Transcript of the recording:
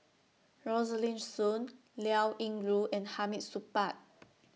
Rosaline Soon Liao Yingru and Hamid Supaat